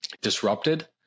disrupted